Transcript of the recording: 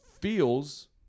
feels